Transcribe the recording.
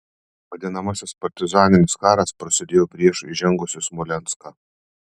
vadinamasis partizaninis karas prasidėjo priešui įžengus į smolenską